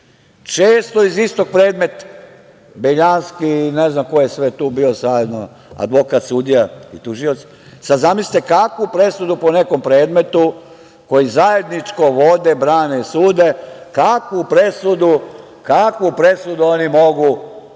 Često iz istog predmeta, Beljanski, i ne znam ko je sve tu bio zajedno, advokat, sudija, i tužioc, sada zamislite kakvu presudu po nekom predmetu, koji zajedničko vode, brane i sude, kakvu presudu oni mogu